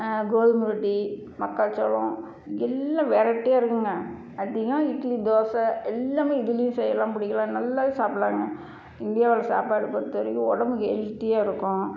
கோதுமை ரொட்டி மக்காச்சோளம் எல்லாம் வெரைட்டியாக இருக்குங்க அதிகம் இட்லி தோசை எல்லாமே இதிலையும் செய்யலாம் பிடிக்கலாம் நல்லாவே சாப்பிட்லாங்க இந்தியாவில் சாப்பாடு பொறுத்தவரைக்கும் உடம்பு ஹெல்தியாக இருக்கும்